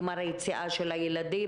כלומר היציאה של הילדים,